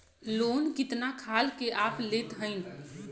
Loan कितना खाल के आप लेत हईन?